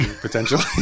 potentially